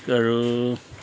আৰু